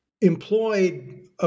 employed